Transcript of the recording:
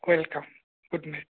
welcome good night